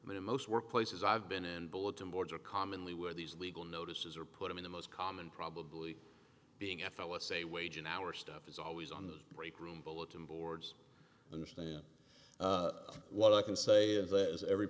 most workplaces i've been in bulletin boards are commonly where these legal notices are put in the most common probably being f l s a wage an hour stuff is always on the break room bulletin boards understand what i can say is that every